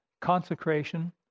Consecration